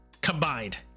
combined